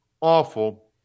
Awful